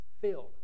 filled